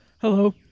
Hello